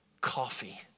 coffee